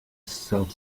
self